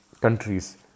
countries